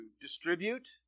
distribute